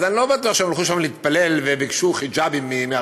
אז אני לא בטוח שהם הלכו לשם להתפלל וביקשו חיג'אבים מערפאת.